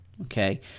Okay